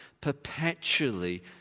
perpetually